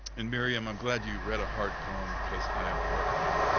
and miriam, i'm glad you read a heart poem, because i have a heart poem.